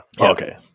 Okay